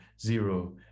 zero